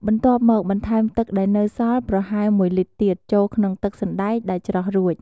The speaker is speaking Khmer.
បន្ទាប់មកបន្ថែមទឹកដែលនៅសល់ ប្រហែល ១ លីត្រទៀត ចូលក្នុងទឹកសណ្តែកដែលច្រោះរួច។